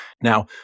Now